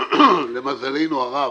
למזלנו הרב,